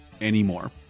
anymore